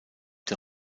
der